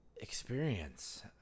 experience